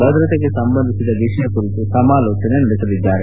ಭದ್ರತೆಗೆ ಸಂಬಂಧಿಸಿದ ವಿಷಯಗಳ ಕುರಿತು ಸಮಾಲೋಚನೆ ನಡೆಸಲಿದ್ದಾರೆ